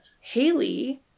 Haley